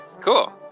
cool